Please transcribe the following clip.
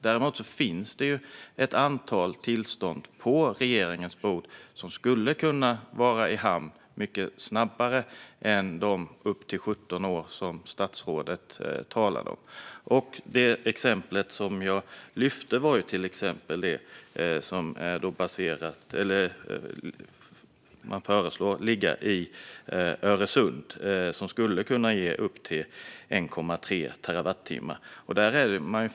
Däremot finns det ett antal tillstånd på regeringens bord som skulle kunna vara i hamn mycket snabbare än de upp till 17 år som statsrådet talade om. Jag lyfte fram förslaget om vindkraftverk i Öresund som skulle kunna ge upp till 1,3 terawattimmar.